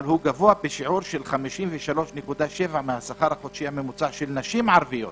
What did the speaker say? אבל גבוה בשיעור של 53.7 מהשכר החודשי הממוצע של נשים ערביות,